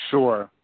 Sure